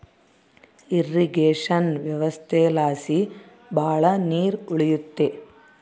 irrigation ವ್ಯವಸ್ಥೆಲಾಸಿ ಭಾಳ ನೀರ್ ಉಳಿಯುತ್ತೆ